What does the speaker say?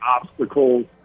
obstacles